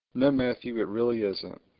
matthew it really isn't.